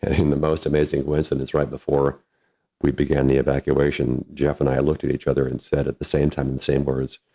and in the most amazing ways, and it's right before we began the evacuation, jeff and i looked at each other and said at the same time in the same words,